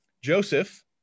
Joseph